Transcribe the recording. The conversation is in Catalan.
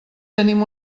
tenim